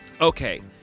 Okay